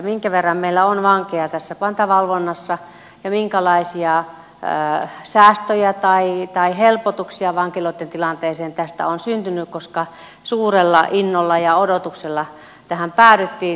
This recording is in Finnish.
minkä verran meillä on vankeja tässä pantavalvonnassa ja minkälaisia säästöjä tai helpotuksia vankiloitten tilanteeseen tästä on syntynyt kun suurella innolla ja odotuksella tähän päädyttiin